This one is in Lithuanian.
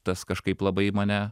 tas kažkaip labai mane